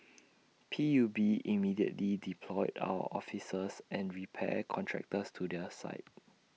P U B immediately deployed our officers and repair contractors to their site